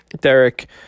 Derek